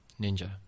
Ninja